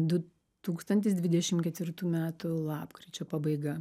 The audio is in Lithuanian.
du tūkstantis dvidešim ketvirtų metų lapkričio pabaiga